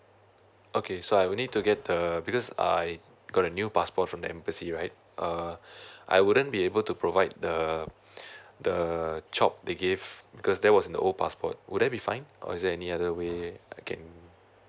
okay so I will need to get the because uh I got a new passport from the embassy right uh I wouldn't be able to provide the the chop they gave because there was in the old passport would that be fine or is there any other way I can